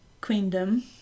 Queendom